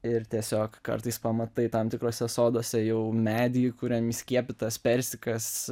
ir tiesiog kartais pamatai tam tikruose soduose jau medį kuriam įskiepytas persikas